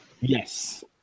Yes